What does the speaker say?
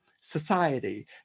society